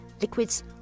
liquids